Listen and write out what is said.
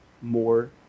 more